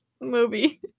movie